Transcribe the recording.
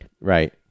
right